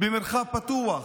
במרחב פתוח.